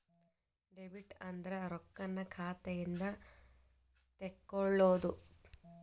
debit ಅಂದ್ರ ರೊಕ್ಕಾನ್ನ ಖಾತೆಯಿಂದ ತೆಕ್ಕೊಳ್ಳೊದು